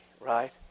Right